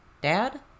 Dad